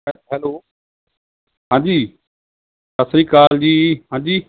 hello ਹਾਂਜੀ ਸਤਿ ਸ਼੍ਰੀ ਅਕਾਲ ਜੀ ਹਾਂਜੀ